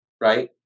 right